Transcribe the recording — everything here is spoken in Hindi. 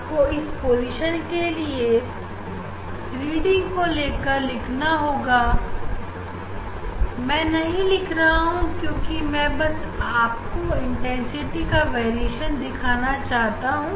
आपको हर पोजीशन के लिए स्क्रीडिंग को लेकर लिखना होगा मैं नहीं लिख रहा हूं क्योंकि मैं बस आपको इंटेंसिटी का वेरिएशन दिखाना चाहता हूं